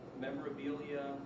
memorabilia